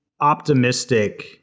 optimistic